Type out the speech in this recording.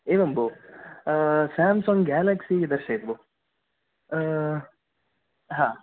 एवं बो Samsung Galaxy दर्शयतु भो हा